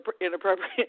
inappropriate